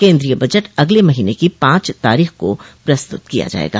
केन्द्रीय बजट अगले महीने की पांच तारीख को प्रस्तुत किया जाएगा